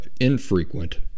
infrequent